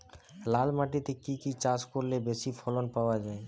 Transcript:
লাল মাটিতে কি কি চাষ করলে বেশি ফলন পাওয়া যায়?